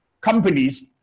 companies